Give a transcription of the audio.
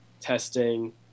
testing